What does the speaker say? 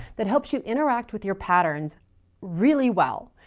that helps you interact with your patterns really well.